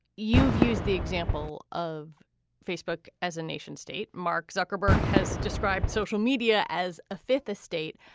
you've used the example of facebook as a nation state. mark zuckerberg has described social media as a fifth estate.